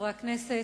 חברי הכנסת,